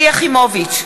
שלי יחימוביץ,